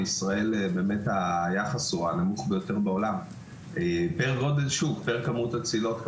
בישראל באמת היחס הוא הנמוך ביותר בעולם פר --- פר כמות הצלילות.